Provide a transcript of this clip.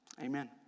Amen